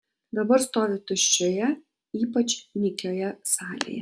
dabar stovi tuščioje ypač nykioje salėje